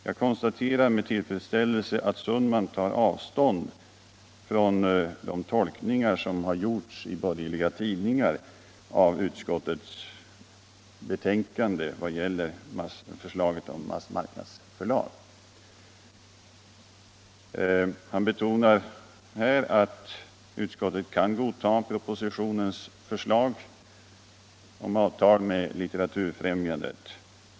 Jag konstaterar med tllfredsställelse att herr Sundman tar avstånd från de tolkningar som har gjorts I borgerliga tidningar av utskottets betänkande vad beträffar detta förslag om ett massmarknadsförlag. Herr Sundman betonar att utskottet kan godta propositionens förslag om avtal med Litteraturfrämjandet.